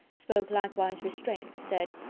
spoke likewise restraint, said,